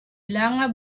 lange